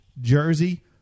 jersey